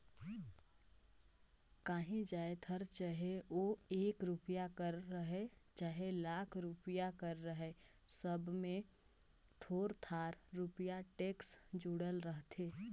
काहीं जाएत हर चहे ओ एक रूपिया कर रहें चहे लाख रूपिया कर रहे सब में थोर थार रूपिया टेक्स जुड़ल रहथे